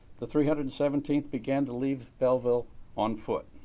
the three hundred and seventeenth began to leave belleville on foot.